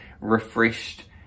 refreshed